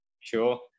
Sure